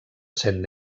saint